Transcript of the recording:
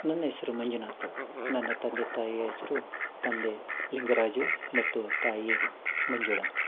ನನ್ನ ಹೆಸ್ರು ಮಂಜುನಾಥ ನನ್ನ ತಂದೆ ತಾಯಿಯ ಹೆಸರು ತಂದೆ ಲಿಂಗರಾಜು ಮತ್ತು ತಾಯಿ ಮಂಜುಳ